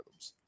algorithms